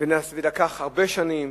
וזה לקח הרבה שנים,